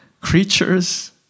creatures